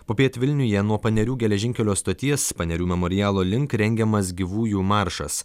popiet vilniuje nuo panerių geležinkelio stoties panerių memorialo link rengiamas gyvųjų maršas